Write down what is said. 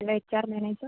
അല്ല H R manager